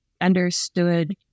understood